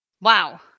Wow